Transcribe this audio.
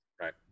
Right